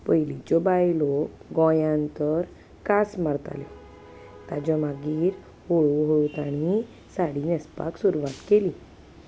पयलींच्यो बायलो गोंयांत तर कास मारताले ताचे मागीर हळू हळू तांणी साडी न्हेंसपाक सुरवात केली